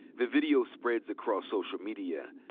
the video spreads across social media.